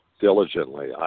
diligently